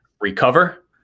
recover